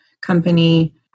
company